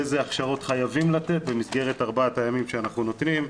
איזה הכשרות חייבים לתת במסגרת ארבעת הימים שאנחנו נותנים.